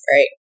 Right